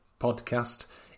podcast